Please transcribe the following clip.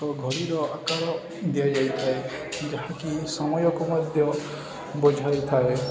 ଓ ଘଡ଼ିର ଆକାର ଦିଆଯାଇଥାଏ ଯାହାକି ସମୟକୁ ମଧ୍ୟ ବୁଝାଇଥାଏ